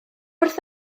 wrth